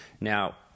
Now